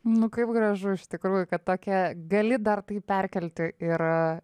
nu kaip gražu iš tikrųjų kad tokia gali dar taip perkelti ir a